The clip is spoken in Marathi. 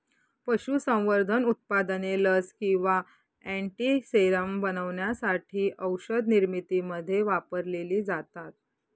पशुसंवर्धन उत्पादने लस किंवा अँटीसेरम बनवण्यासाठी औषधनिर्मितीमध्ये वापरलेली जातात